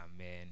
Amen